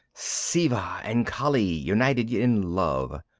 siva and kali united in love.